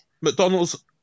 McDonald's